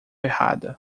errada